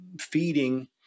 feeding